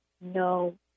no